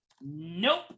nope